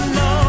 no